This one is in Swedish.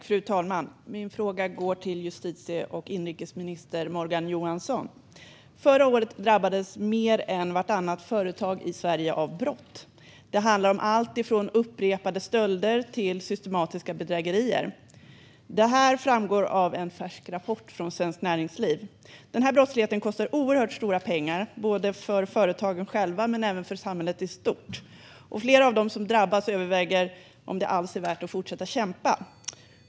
Fru talman! Min fråga går till justitie och inrikesminister Morgan Johansson. Förra året drabbades mer än vartannat företag i Sverige av brott. Det handlar om alltifrån upprepade stölder till systematiska bedrägerier. Det här framgår av en färsk rapport från Svenskt Näringsliv. Den här brottsligheten kostar oerhört stora pengar, både för företagen själva och även för samhället i stort. Flera av dem som drabbas överväger om det alls är värt att fortsätta att kämpa.